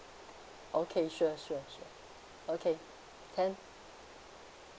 okay sure sure sure okay can